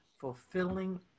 fulfilling